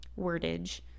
wordage